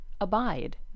abide